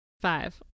five